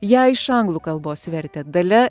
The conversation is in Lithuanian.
ją iš anglų kalbos vertė dalia